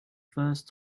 first